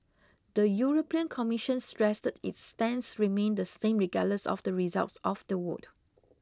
the European Commission stressed its stance remained the same regardless of the results of the vote